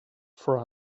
for